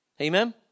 Amen